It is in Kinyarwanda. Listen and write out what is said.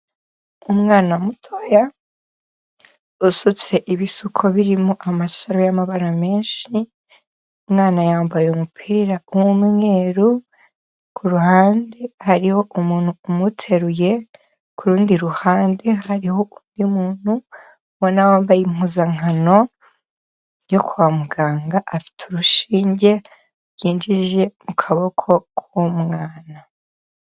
Umwana mutoya usutse ibisuko birimo amasaro y'amabara menshi, umwana yambaye umupira w'umweru, ku ruhande hariho umuntu umuteruye, ku rundi ruhande hariho undi muntu ubona wambaye impuzankano yo kwa muganga afite urushinge yinjije mu kuboko k'umwana.